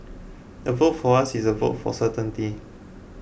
a vote for us is a vote for certainty